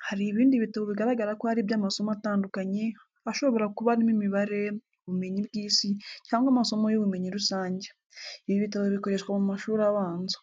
bHari ibindi bitabo bigaragara ko ari iby'amasomo atandukanye, ashobora kuba arimo imibare, ubumenyi bw’isi, cyangwa amasomo y’ubumenyi rusange. Ibi bitabo bikoreshwa mu mashuri abanza.